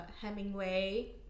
Hemingway